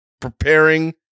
preparing